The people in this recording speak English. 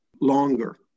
longer